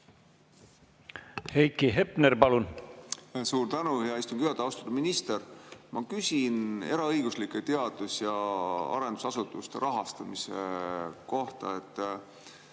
Heiki Hepner, palun! Suur tänu, hea istungi juhataja! Austatud minister! Ma küsin eraõiguslike teadus- ja arendusasutuste rahastamise kohta.